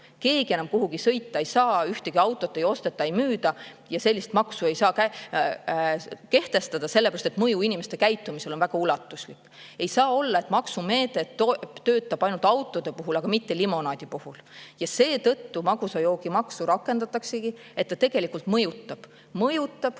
keegi enam kuhugi sõita ei saa, ühtegi autot ei osteta ega müüda ja sellist maksu ei saa kehtestada, sest mõju inimeste käitumisele on väga ulatuslik. Ei saa olla, et maksumeede töötab ainult auto puhul, aga mitte limonaadi puhul. Seetõttu magusa joogi maksu rakendataksegi, et ta tegelikult mõjutab, ta mõjutab